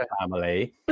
family